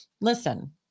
listen